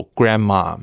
grandma，